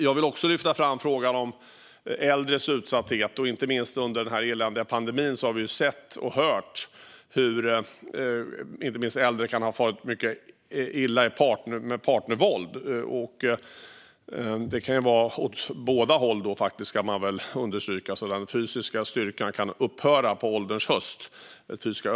Jag vill också lyfta fram frågan om äldres utsatthet. Under den eländiga pandemin har vi hört hur inte minst äldre kan ha farit mycket illa av partnervåld. Man kan understryka att det kan vara åt båda håll, eftersom den fysiska styrkan och övertaget hos mannen kan upphöra på ålderns höst.